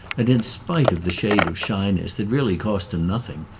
and in spite of the shade of shyness that really cost him nothing,